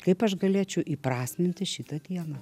kaip aš galėčiau įprasminti šitą dieną